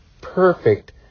perfect